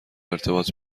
ارتباط